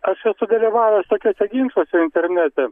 aš esu dalyvavęs tokiuose ginčuose internete